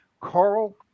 Carl